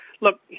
look